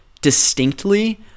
distinctly